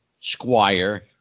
Squire